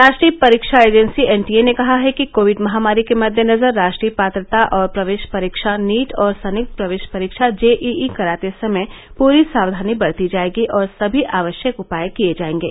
राष्ट्रीय परीक्षा agency NTA ने कहा है कि कोविड महामारी के मद्देनजर राष्ट्रीय पात्रता और प्रवेश परीक्षा नीट और संयुक्त प्रवेश परीक्षा जेईई कराते समय पूरी साक्षानी बरती जाएगी और सभी आवश्यक उपाए किए जाएंगे